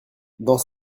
dans